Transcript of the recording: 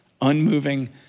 unmoving